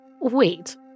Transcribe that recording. Wait